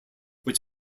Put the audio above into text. which